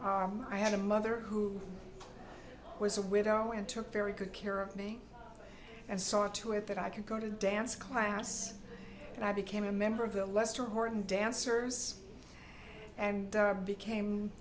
for i had a mother who was a widow and took very good care of me and saw to it that i could go to dance class and i became a member of the leicester horton dancers and i became